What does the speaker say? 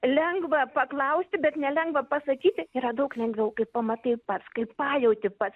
lengva paklausti bet nelengva pasakyti yra daug lengviau kaip pamatai pats kaip pajauti pats